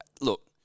look